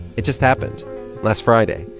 it just happened last friday.